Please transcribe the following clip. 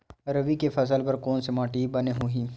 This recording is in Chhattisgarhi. रबी के फसल बर कोन से माटी बने होही?